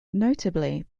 notably